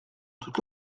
toute